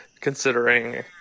considering